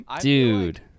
Dude